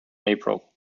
april